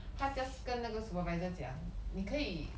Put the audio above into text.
他 just 跟那个 supervisor 讲你可以